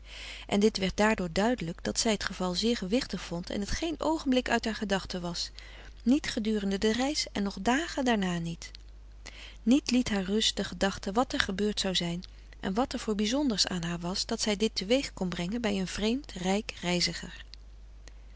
en dit werd daardoor duidelijk dat zij t geval zeer gewichtig vond en het geen oogenblik uit haar gedachten was niet gedurende de reis en nog dagen daarna niet niet liet haar rust de gedachte wat er gebeurd zou zijn en wat er voor bizonders aan haar was dat zij dit te weeg kon brengen bij een vreemd rijk reiziger